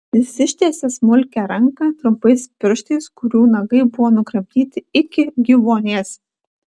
jis ištiesė smulkią ranką trumpais pirštais kurių nagai buvo nukramtyti iki gyvuonies